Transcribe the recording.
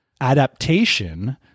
adaptation